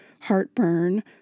heartburn